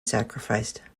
sacrificed